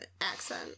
accent